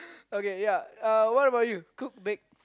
okay ya uh what about you cook bake